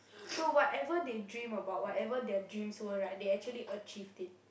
so whatever they dream about whatever their dreams were right they actually achieved it